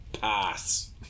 pass